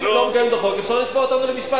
אם אנחנו לא מקיימים את החוק אפשר לתבוע אותנו למשפט.